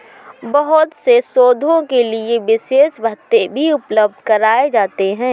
बहुत से शोधों के लिये विशेष भत्ते भी उपलब्ध कराये जाते हैं